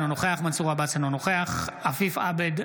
אינו נוכח מנסור עבאס,